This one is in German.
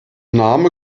name